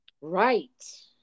right